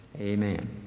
Amen